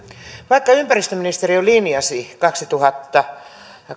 vaikka ympäristöministeriö linjasi kaksituhattakahdeksan